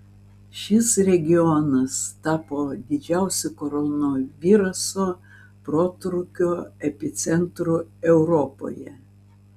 šis regionas tapo didžiausiu koronaviruso protrūkio epicentru europoje